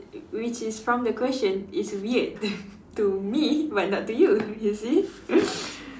which is from the question it's weird to me but not to you you see